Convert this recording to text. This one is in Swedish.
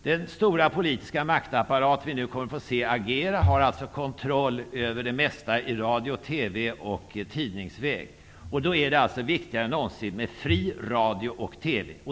Den stora politiska maktapparat vi nu kommer att få se agera har kontroll över det mesta i radio och TV och i tidningsväg. Då är det alltså viktigare än någonsin med fri radio och TV.